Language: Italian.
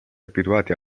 abituati